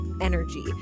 energy